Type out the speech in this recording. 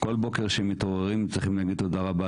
כל בוקר שמתעוררים צריכים להגיד תודה רבה.